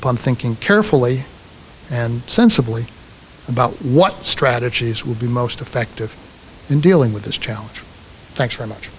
upon thinking carefully and sensibly about what strategies will be most effective in dealing with this challenge